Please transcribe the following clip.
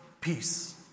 peace